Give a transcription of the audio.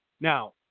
Now